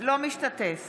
אינו משתתף